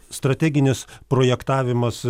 strateginis projektavimas